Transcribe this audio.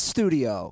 Studio